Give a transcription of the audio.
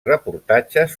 reportatges